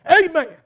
Amen